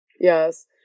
Yes